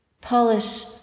polish